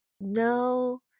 no